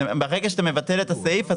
ברגע שאתה מבטל את הסעיף,